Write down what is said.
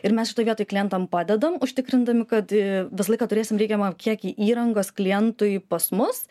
ir mes šitoj vietoj klientam padedam užtikrindami kad visą laiką turėsim reikiamą kiekį įrangos klientui pas mus